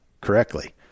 correctly